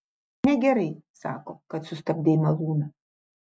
negerai sako kad sustabdei malūną